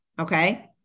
okay